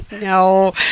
No